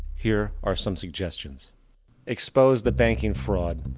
here are some suggestions expose the banking fraud.